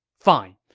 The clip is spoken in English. fine,